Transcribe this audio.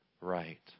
right